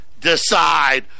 decide